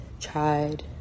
tried